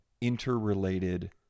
interrelated